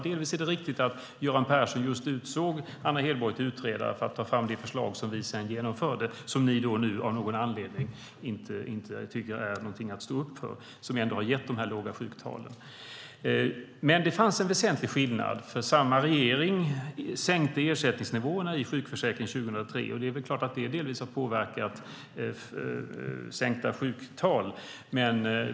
Det är riktigt att Göran Persson utsåg Anna Hedborg till utredare för att ta fram det förslag som vi sedan genomförde och som ni nu av någon anledning inte tycker är något att stå upp för. Det har ändå gett de här låga sjuktalen. Det fanns en väsentlig skillnad. Samma regering sänkte ersättningsnivåerna i sjukförsäkringen 2003. Det har naturligtvis delvis påverkat sänkta sjuktal.